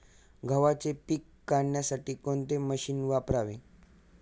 गव्हाचे पीक काढण्यासाठी कोणते मशीन वापरावे?